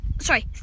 sorry